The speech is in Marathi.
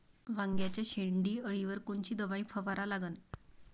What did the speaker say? वांग्याच्या शेंडी अळीवर कोनची दवाई फवारा लागन?